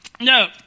no